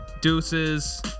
Deuces